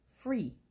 free